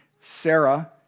Sarah